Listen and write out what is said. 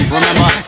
Remember